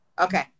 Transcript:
Okay